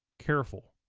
careful,